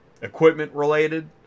equipment-related